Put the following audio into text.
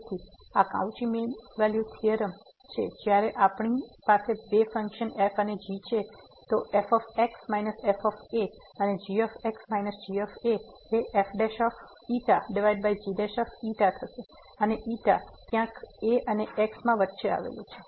તેથી આ Cauchy mean value theorem છે જ્યારે આપણી પાસે બે ફંક્શન f અને g છે તો f x f અને g x g એ fξgξ થશે અને ક્યાંક a અને x માં વચ્ચે આવેલું છે